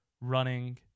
running